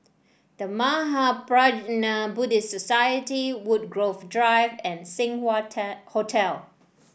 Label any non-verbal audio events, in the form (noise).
The Mahaprajna Buddhist Society Woodgrove Drive and Seng Wah (unintelligible) Hotel